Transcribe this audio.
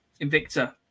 Invicta